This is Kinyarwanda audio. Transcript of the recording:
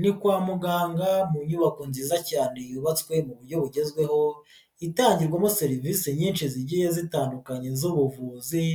Ni kwa muganga mu nyubako nziza cyane yubatswe mu buryo bugezweho, itangirwamo serivisi nyinshi zigiye zitandukanye z'ubuvuzi,